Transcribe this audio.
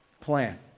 plan